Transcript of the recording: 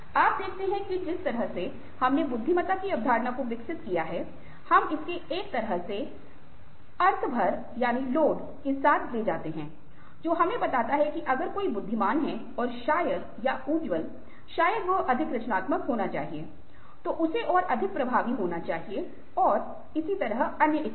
आप देखते हैं कि जिस तरह से हमने बुद्धिमत्ता की अवधारणा को विकसित किया है हम इसे एक तरह के अर्थ भर के साथ ले जाते हैं जो हमें बताता है कि अगर कोई बुद्धिमान है और शायद या उज्ज्वल शायद वह अधिक रचनात्मक होना चाहिए तो उसे और अधिक प्रभावी होना चाहिए और इसी तरह इत्यादि